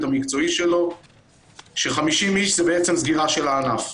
המקצועי שלו ש-50 איש זה בעצם סגירה של הענף.